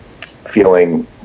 feeling